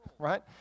right